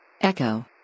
Echo